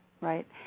Right